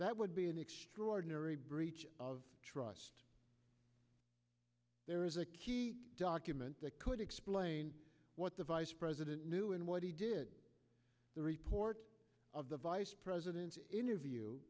that would be an extraordinary breach of trust there is a key document that could explain what the vice president knew and what he did the report of the vice president's interview